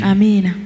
Amen